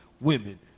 women